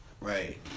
right